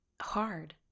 hard